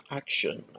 action